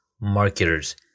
marketers